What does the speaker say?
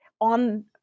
on